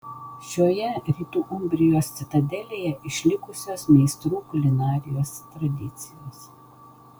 šioje rytų umbrijos citadelėje išlikusios meistrų kulinarijos tradicijos